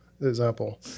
example